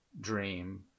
dream